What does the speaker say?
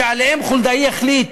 שעליהן חולדאי החליט